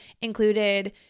included